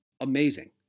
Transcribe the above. amazing